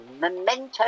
memento